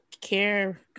care